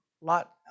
lot